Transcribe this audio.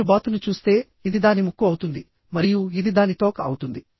మీరు బాతును చూస్తే ఇది దాని ముక్కు అవుతుంది మరియు ఇది దాని తోక అవుతుంది